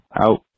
out